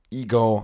ego